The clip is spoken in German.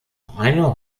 eine